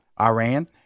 Iran